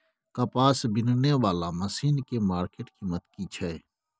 कपास बीनने वाला मसीन के मार्केट कीमत की छै?